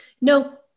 No